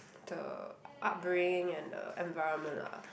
the upbringing and the environment lah